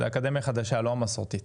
זו אקדמיה חדשה, לא מסורתית.